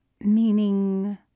Meaning